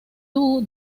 doo